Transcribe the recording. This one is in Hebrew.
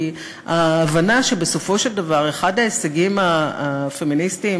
כי ההבנה שבסופו של דבר אחד ההישגים הפמיניסטיים